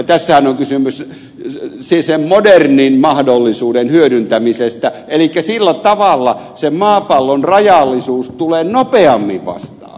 tässähän on kysymys modernin mahdollisuuden hyödyntämisestä elikkä sillä tavalla se maapallon rajallisuus tulee nopeammin vastaan